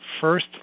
first